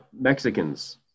Mexicans